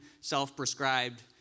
self-prescribed